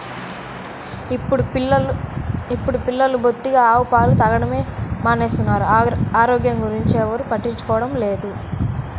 ఇప్పుడు పిల్లలు బొత్తిగా ఆవు పాలు తాగడమే మానేస్తున్నారు, ఆరోగ్యం గురించి ఎవ్వరు పట్టించుకోవడమే లేదు